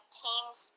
teams